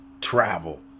travel